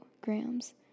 grams